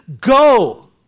go